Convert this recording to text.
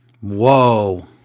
Whoa